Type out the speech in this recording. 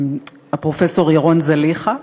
הפרופסור ירון זליכה,